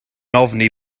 ofni